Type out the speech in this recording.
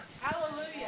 Hallelujah